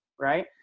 right